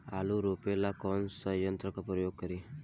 आलू रोपे ला कौन सा यंत्र का प्रयोग करी?